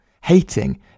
Hating